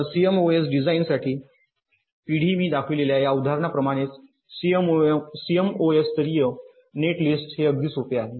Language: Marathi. तर सीएमओएस डिझाइनसाठी पिढी मी दाखवलेल्या या उदाहरणांप्रमाणेच सीएमओएस स्तरीय नेटलिस्ट हे अगदी सोपे आहे